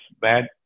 bad